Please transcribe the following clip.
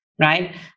Right